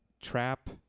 trap